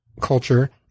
culture